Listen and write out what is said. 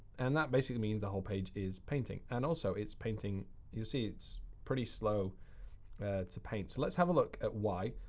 and that basically means the whole page is painting. and also it's painting you see it's pretty slow to paint. so let's have a look at why.